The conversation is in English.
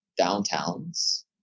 downtowns